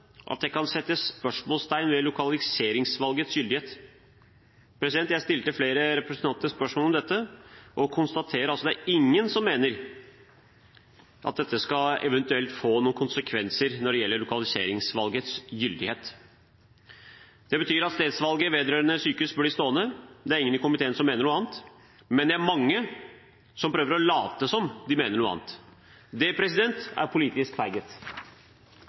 at det kan settes spørsmålstegn ved lokaliseringsvalgets gyldighet. Jeg stilte flere representanter spørsmål om dette, og konstaterer altså at det er ingen som mener at dette eventuelt skal få noen konsekvenser når det gjelder lokaliseringsvalgets gyldighet. Det betyr at stedsvalget vedrørende sykehus blir stående. Det er ingen i komiteen som mener noe annet, men det er mange som prøver å late som de mener noe annet. Det er politisk